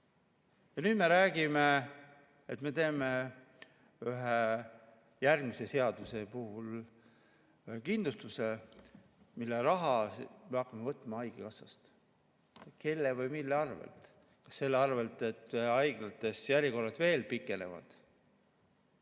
nüüd me räägime, et me teeme ühe järgmise seaduse puhul kindlustuse, mille raha me hakkame võtma haigekassast. Kelle või mille arvel? Kas selle arvel, et haiglates järjekorrad pikenevad